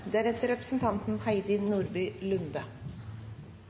Fremskrittspartiet. Representanten Heidi Nordby Lunde